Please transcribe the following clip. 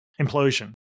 implosion